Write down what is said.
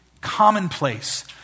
commonplace